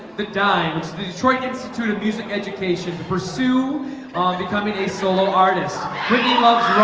the dimes the detroit institute of music education to pursue um becoming a solo artist whitney loves